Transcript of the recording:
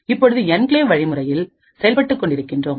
இப்பொழுது என்கிளேவ் வழிமுறையில் செயல்பட்டுக் கொண்டிருக்கிறோம்